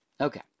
Okay